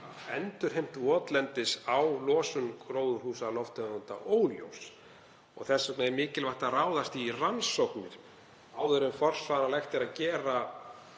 endurheimt votlendis á losun gróðurhúsalofttegunda óljós. Þess vegna er mikilvægt að ráðast í rannsóknir áður en forsvaranlegt er að gera